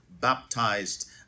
baptized